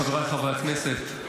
חבריי חברי הכנסת,